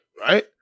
right